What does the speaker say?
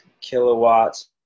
kilowatts